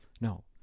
No